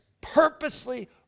purposely